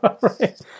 Right